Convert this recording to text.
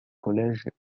collège